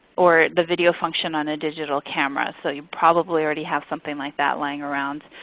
or the video function on a digital camera. so you probably already have something like that laying around.